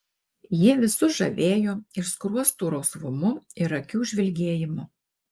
ji visus žavėjo ir skruostų rausvumu ir akių žvilgėjimu